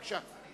בבקשה.